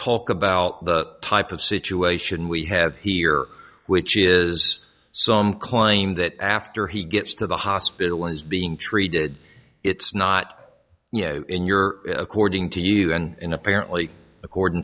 talk about the type of situation we have here which is some claim that after he gets to the hospital is being treated it's not in your according to you and apparently according